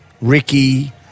Ricky